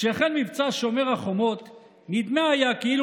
כשהחל מבצע שומר החומות נדמה היה כאילו